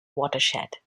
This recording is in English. watershed